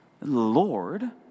Lord